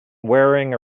wearing